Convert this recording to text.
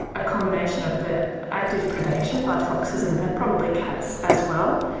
a combination of the active predation by foxes and and probably cats as well.